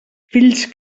fills